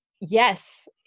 yes